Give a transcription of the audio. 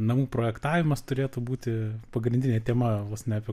namų projektavimas turėtų būti pagrindinė tema vos ne apie